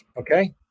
okay